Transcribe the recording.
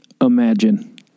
imagine